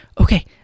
Okay